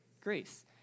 grace